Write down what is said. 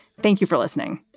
thank you for listening.